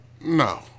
No